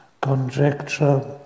conjecture